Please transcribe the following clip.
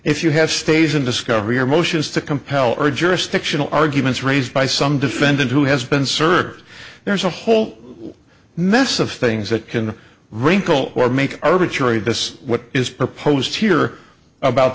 if you have stays in discovery or motions to compel or jurisdictional arguments raised by some defendant who has been served there's a whole mess of things that can wrinkle or make arbitrary does what is proposed here about